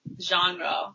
genre